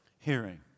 hearing